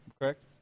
correct